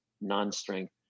non-strength